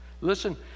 Listen